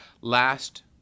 Last